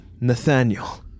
Nathaniel